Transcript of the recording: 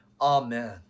Amen